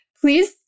Please